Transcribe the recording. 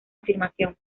afirmación